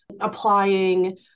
applying